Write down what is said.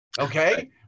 okay